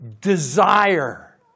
desire